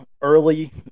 early